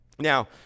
Now